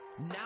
Now